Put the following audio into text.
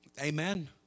Amen